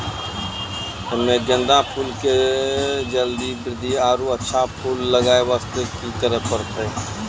हम्मे गेंदा के फूल के जल्दी बृद्धि आरु अच्छा फूल लगय वास्ते की करे परतै?